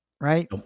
right